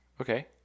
Okay